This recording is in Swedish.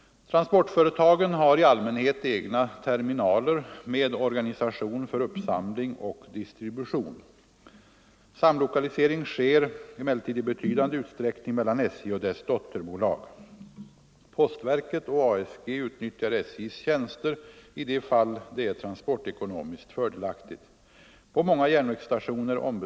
Transportföretagen har i allmänhet egna terminaler med organisation för uppsamling och distribution. Samlokalisering sker emellertid i be 9” Postverket och ASG utnyttjar SJ:s tjänster i de fall det är transportekonomiskt fördelaktigt.